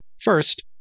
First